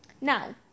now